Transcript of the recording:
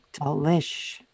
Delish